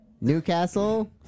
Newcastle